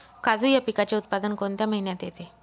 काजू या पिकाचे उत्पादन कोणत्या महिन्यात येते?